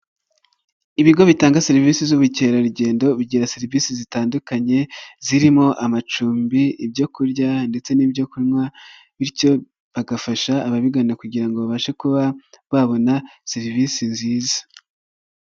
Ibigo bitanga serivisi z'ubukerarugendo bigira serivisi zitandukanye, zirimo amacumbi, ibyo kurya, ndetse n'ibyo kunywa, bityo bagafasha ababigana kugira ngo babashe kuba babona serivisi nziza.